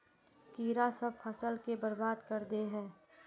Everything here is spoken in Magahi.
कीड़ा सब फ़सल के बर्बाद कर दे है?